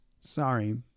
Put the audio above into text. Sorry